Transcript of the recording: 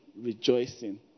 rejoicing